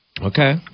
Okay